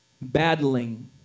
battling